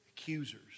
Accusers